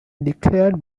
declared